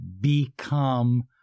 become